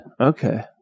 Okay